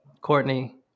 Courtney